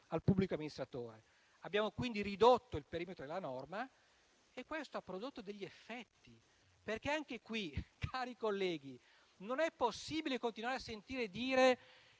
al pubblico amministratore. Abbiamo quindi ridotto il perimetro della norma e questo ha prodotto degli effetti. Infatti, anche qui, cari colleghi, non è possibile continuare a sentir dire